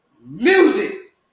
music